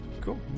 cool